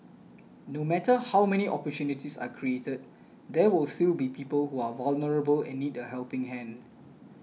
no matter how many opportunities are created there will still be people who are vulnerable and need a helping hand